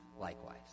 likewise